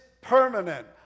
permanent